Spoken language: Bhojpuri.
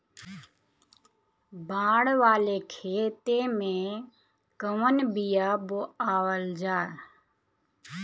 बाड़ वाले खेते मे कवन बिया बोआल जा?